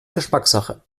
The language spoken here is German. geschmackssache